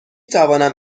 توانم